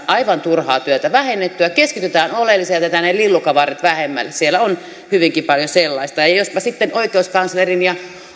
aivan turhaa työtä vähennettyä keskitytään oleelliseen jätetään ne lillukanvarret vähemmälle siellä on hyvinkin paljon sellaista ja ja jospa sitten oikeuskanslerin ja